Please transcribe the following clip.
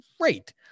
great